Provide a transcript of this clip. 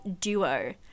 duo